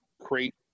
create